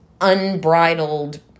unbridled